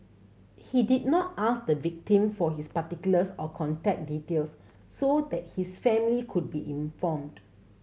he did not ask the victim for his particulars or contact details so that his family could be informed